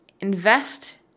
invest